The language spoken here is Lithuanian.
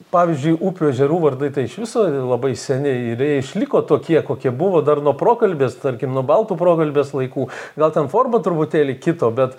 pavyzdžiui upių ežerų vardai tai iš viso labai seniai ir jie išliko tokie kokie buvo dar nuo prokalbės tarkim nuo baltų prokalbės laikų gal ten forma truputėlį kito bet